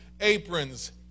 aprons